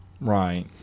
Right